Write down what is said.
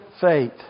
faith